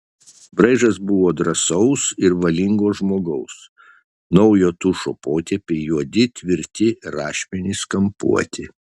braižas buvo drąsaus ir valingo žmogaus naujo tušo potėpiai juodi tvirti rašmenys kampuoti